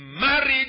married